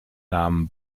namen